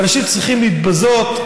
ואנשים צריכים להתבזות,